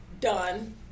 Done